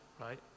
right